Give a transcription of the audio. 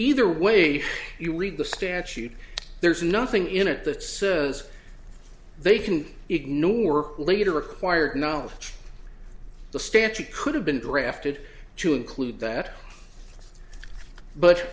either way you read the statute there's nothing in it that says they can ignore later acquired knowledge the static could have been drafted to include that but